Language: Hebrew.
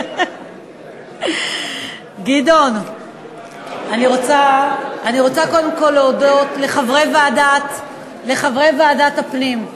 אני רוצה קודם כול להודות לחברי ועדת הפנים.